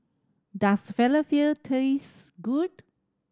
does Falafel taste good